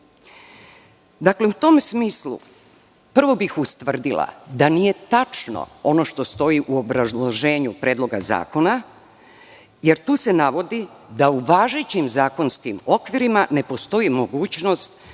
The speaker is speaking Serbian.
Srbije.U tom smislu, prvo bih ustvrdila da nije tačno ono što stoji u obrazloženju Predloga zakona, jer tu se navodi da u važećim zakonskim okvirima ne postoji mogućnost